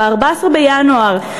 ב-14 בינואר,